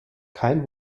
kein